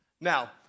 Now